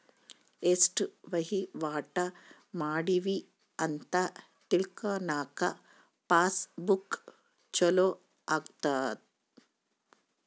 ಎಸ್ಟ ವಹಿವಾಟ ಮಾಡಿವಿ ಅಂತ ತಿಳ್ಕನಾಕ ಪಾಸ್ ಬುಕ್ ಚೊಲೊ ಅಗುತ್ತ